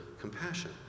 compassion